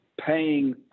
paying